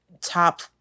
top